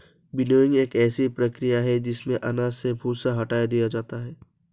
winnowing एक ऐसी प्रक्रिया है जिसमें अनाज से भूसा हटा दिया जाता है